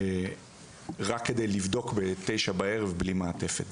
ורק כדי לבדוק ב-21:00 בלי מעטפת.